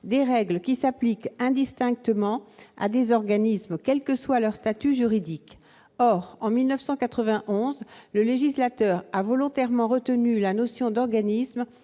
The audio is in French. des règles qui s'appliquent indistinctement à des « organismes » quel que soit leur statut juridique. Or, en 1991, le législateur a volontairement retenu la notion d'organisme,